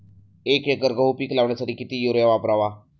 एक एकर गहू पीक लावण्यासाठी किती युरिया वापरावा?